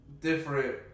different